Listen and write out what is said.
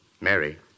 Mary